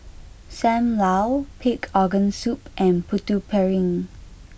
Sam Lau Pig Organ Soup and Putu Piring